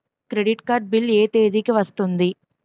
Credit card bill ఎ తేదీ కి వస్తుంది?